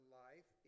life